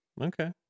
okay